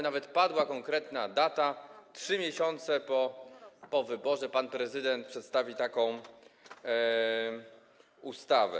Nawet padła konkretna data: 3 miesiące po wyborze pan prezydent miał przedstawić taką ustawę.